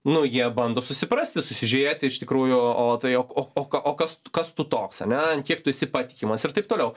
nu jie bando susiprasti susižiūrėti iš tikrųjų o tai o o o ką o kas kas tu toks ane ant kiek tu esi patikimas ir taip toliau